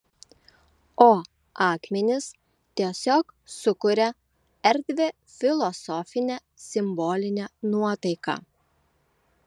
o akmenys tiesiog sukuria erdvią filosofinę simbolinę nuotaiką